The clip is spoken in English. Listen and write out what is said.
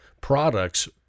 products